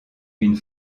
une